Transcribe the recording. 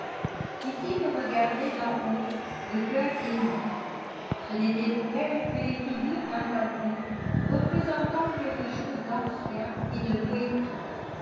regardait d'en haut le cœur ému ce n'étaient pour elle que les figures d'un tableau représentant quelque chose d'ancien et de poétique